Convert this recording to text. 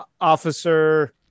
officer